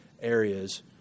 areas